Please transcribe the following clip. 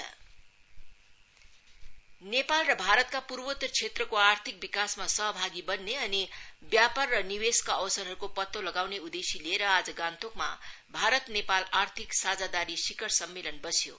Indo Nepal Nepal र भारतको पूर्वोत्तर क्षेत्रको आर्थिक विकासमा सहभागी बन्ने अनि व्यापार र निवेषका अवसरहरूको पत्तो लगाउने उद्देश्य लिएर आज गान्तोकमा भारत नेपाल आर्थिक साझादारी शिखर सम्मेलन बस्यो